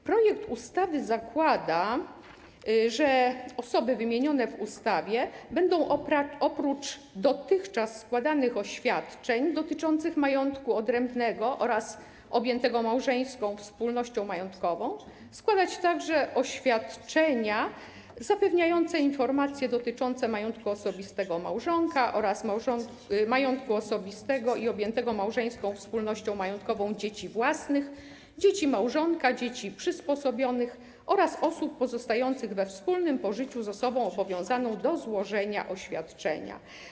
Projekt ustawy zakłada, że osoby wymienione w ustawie będą oprócz dotychczas składanych oświadczeń dotyczących majątku odrębnego oraz objętego małżeńską wspólnością majątkową będą składać także oświadczenia zapewniające informacje dotyczące majątku osobistego małżonka oraz majątku osobistego i objętego małżeńską wspólnością majątkową dzieci własnych, dzieci małżonka, dzieci przysposobionych oraz osób pozostających we wspólnym pożyciu z osobą obowiązaną do złożenia oświadczenia.